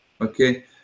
Okay